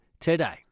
today